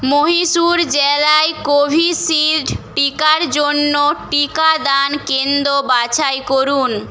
মহীশূর জেলায় কোভিশিল্ড টিকার জন্য টিকাদান কেন্দ্র বাছাই করুন